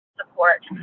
support